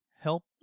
help